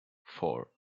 four